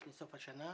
לפני סוף השנה,